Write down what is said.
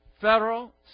Federal